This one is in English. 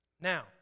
Now